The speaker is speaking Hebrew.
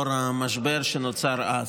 לאור המשבר שנוצר אז.